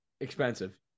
Expensive